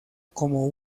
como